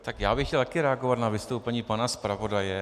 Také bych chtěl reagovat na vystoupení pana zpravodaje.